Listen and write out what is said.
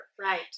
right